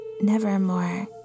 nevermore